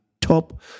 top